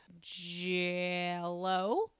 Jello